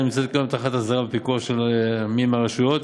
אינה נמצאת כיום תחת אסדרה ופיקוח של מי מהרשויות.